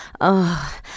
Oh